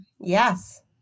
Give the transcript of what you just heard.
Yes